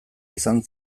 izan